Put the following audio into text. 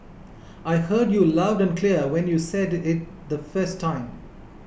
I heard you loud and clear when you said it the first time